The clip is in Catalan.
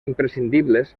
imprescindibles